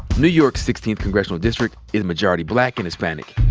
new york's sixteenth congressional district is majority black and hispanic.